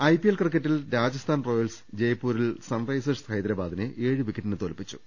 IPL ക്രിക്കറ്റിൽ Rajasthan Royals ജയ്പൂരിൽ Sunrisers ഹൈദരാബാദിനെ ഏഴു വിക്കറ്റിന് തോൽപ്പിച്ചു